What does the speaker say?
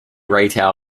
retail